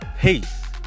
peace